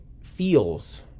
feels